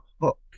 hook